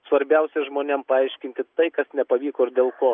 svarbiausia žmonėm paaiškinti tai kas nepavyko ir dėl ko